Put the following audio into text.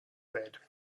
bed